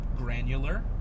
Granular